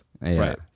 right